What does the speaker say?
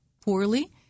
poorly